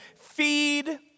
feed